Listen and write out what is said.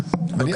במישור השוויון.